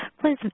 please